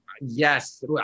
Yes